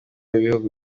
w’ibihugu